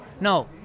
No